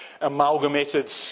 amalgamated